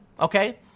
Okay